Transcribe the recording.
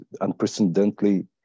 unprecedentedly